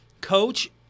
Coach